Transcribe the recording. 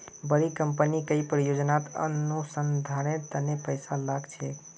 बड़ी कंपनी कई परियोजनात अनुसंधानेर तने पैसा लाग छेक